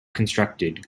constructed